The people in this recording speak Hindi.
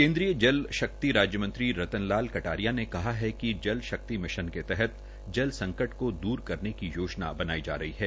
केंद्रीय जल शक्ति राज्य मंत्री रतनलाल कटारीया ने कहा कि जल शक्ति मिशन के तहत जल संकट को दूर करने की योजना बनाई जा रही है